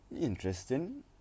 interesting